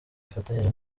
ifatanyije